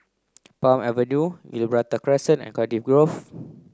Palm Avenue Gibraltar Crescent and Cardiff Grove